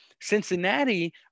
Cincinnati